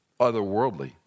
otherworldly